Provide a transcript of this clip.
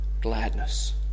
gladness